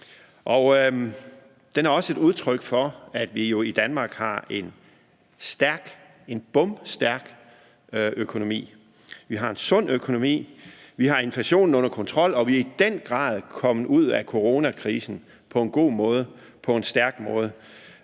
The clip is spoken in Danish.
Det er også et udtryk for, at vi jo i Danmark har en bomstærk økonomi. Vi har en sund økonomi. Vi har inflationen under kontrol, og vi er i den grad kommet ud af coronakrisen på en god og stærk måde